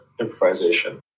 improvisation